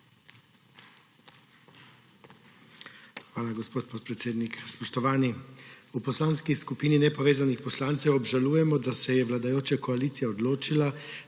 Hvala, gospod podpredsednik. Spoštovani! V Poslanski skupini nepovezanih poslancev obžalujemo, da se je vladajoča koalicija odločila,